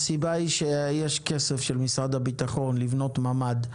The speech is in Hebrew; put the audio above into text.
הסיבה היא שיש כסף של משרד הביטחון לבנות ממ"ד.